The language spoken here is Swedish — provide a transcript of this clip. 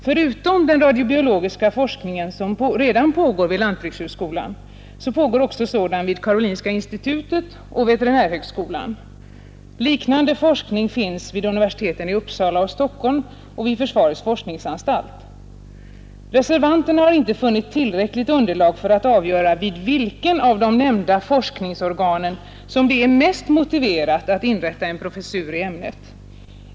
Förutom den radiobiologiska forskning som redan pågår vid lantbrukshögskolan pågår sådan också vid Karolinska institutet och veterinärhögskolan. Liknande forskning förekommer vid universiteten i Uppsala och Stockholm och vid försvarets forskningsanstalt. Reservanterna har inte funnit tillräckligt underlag för att avgöra vid vilket av de nämnda forskningsorganen som det är mest motiverat att inrätta en professur i ämnet.